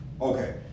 Okay